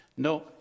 No